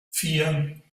vier